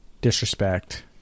disrespect